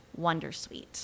wondersuite